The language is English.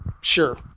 sure